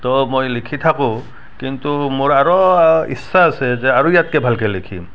তো মই লিখি থাকোঁ কিন্তু মোৰ আৰু ইচ্ছা আছে যে আৰু ইয়াতকৈ ভালকৈ লিখিম